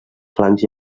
flancs